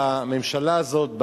בממשלה הזאת,